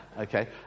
Okay